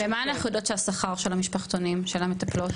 ומה אנחנו יודעות שהשכר של המשפחתונים של המטפלות?